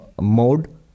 mode